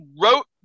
wrote